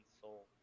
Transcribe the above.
soul